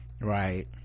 right